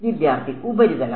വിദ്യാർത്ഥി ഉപരിതലം